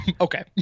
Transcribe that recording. okay